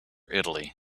italy